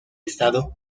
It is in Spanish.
estado